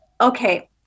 Okay